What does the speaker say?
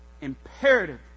imperative